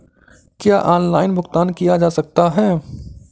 क्या ऑनलाइन भुगतान किया जा सकता है?